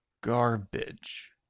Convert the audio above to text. garbage